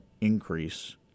increase